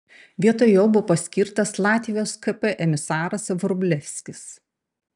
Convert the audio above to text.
vietoj jo buvo paskirtas latvijos kp emisaras vrublevskis